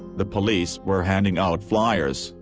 the police were handing out fliers,